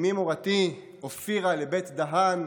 אימי מורתי אופירה לבית דהאן,